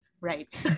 right